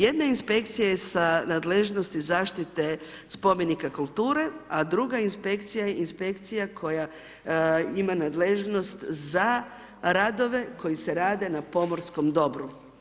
Jedna Inspekcija je sa nadležnosti zaštite spomenika kulture, a druga Inspekcija je Inspekcija koja ima nadležnost za radove koji se rade na pomorskom dobru.